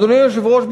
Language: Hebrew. אדוני היושב-ראש,